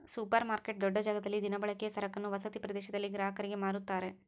super market ದೊಡ್ಡ ಜಾಗದಲ್ಲಿ ದಿನಬಳಕೆಯ ಸರಕನ್ನು ವಸತಿ ಪ್ರದೇಶದಲ್ಲಿ ಗ್ರಾಹಕರಿಗೆ ಮಾರುತ್ತಾರೆ